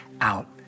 out